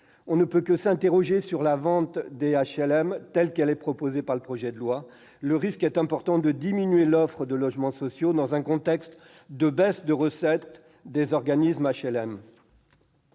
On ne peut que s'interroger sur la vente des HLM, telle qu'elle est proposée par le projet de loi. Le risque est important de diminuer l'offre de logements sociaux, dans un contexte de baisse des recettes des organismes d'HLM.